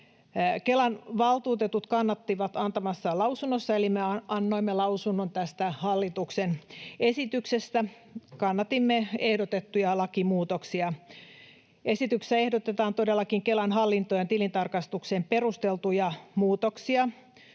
Kelan valtuutetut kannattivat antamassaan lausunnossa — eli me annoimme lausunnon tästä hallituksen esityksestä — ehdotettuja lakimuutoksia. Esityksessä ehdotetaan todellakin Kelan hallintoon ja tilintarkastukseen perusteltuja muutoksia.